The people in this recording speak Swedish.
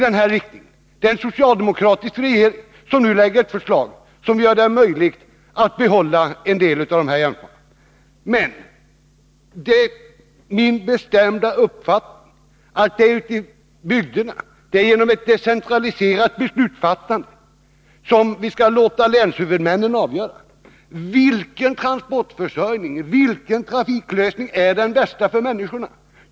Det är en socialdemokratisk regering som nu lägger fram ett förslag som gör det möjligt att behålla en del av de här järnvägarna. Det är min bestämda uppfattning att det är ute i bygderna, genom ett decentraliserat beslutsfattande, som vi skall låta länshuvudmännen avgöra vilken trafikförsörjning och vilken trafiklösning som är bäst för människorna.